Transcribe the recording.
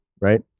Right